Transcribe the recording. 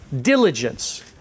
diligence